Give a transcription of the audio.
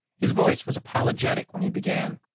his voice was apologetic when he began.